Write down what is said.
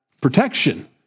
protection